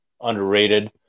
underrated